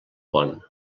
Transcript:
pont